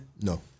No